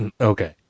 Okay